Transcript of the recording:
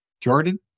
Jordan